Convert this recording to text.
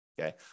okay